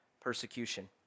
persecution